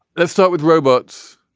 let's start with robots.